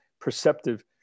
perceptive